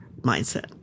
mindset